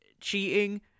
cheating